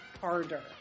harder